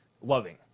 loving